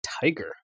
Tiger